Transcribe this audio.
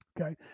Okay